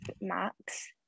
Max